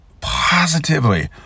positively